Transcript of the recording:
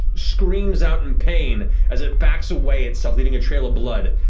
screams out in pain, as it backs away, itself leaving a trail of blood.